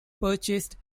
purchased